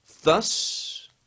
thus